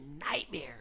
nightmare